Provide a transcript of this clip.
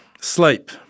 sleep